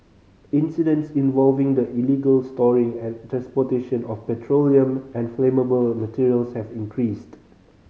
incidents involving the illegal storing and transportation of petroleum and flammable materials have increased